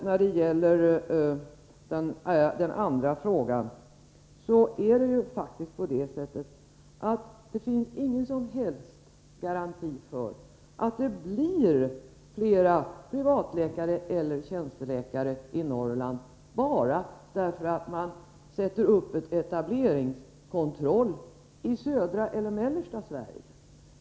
När det gäller den andra frågan finns det faktiskt ingen som helst garanti för att det blir flera privatläkare eller tjänsteläkare i Norrland bara därför att man inför en etableringskontroll i södra eller mellersta Sverige.